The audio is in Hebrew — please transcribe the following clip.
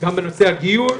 גם בנושא הגיור,